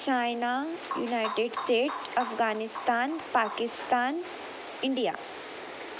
China united state Afghanistan Pakistan India